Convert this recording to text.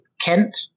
Kent